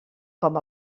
com